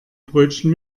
brötchen